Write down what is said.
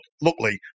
luckily